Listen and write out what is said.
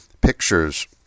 pictures